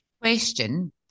Question